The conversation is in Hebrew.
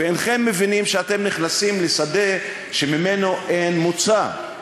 ואינכם מבינים שאתם נכנסים לשדה שממנו אין מוצא.